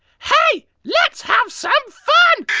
hey, let's have some fun.